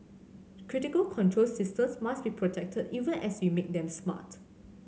critical control systems must be protected even as we make them smart